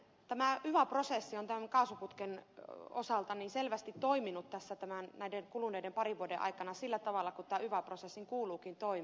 tämä hyvä prosessi on tämän kaasuputken osalta selvästi toiminut näiden kuluneiden parin vuoden aikana sillä tavalla kuin hyvän prosessin kuuluukin toimia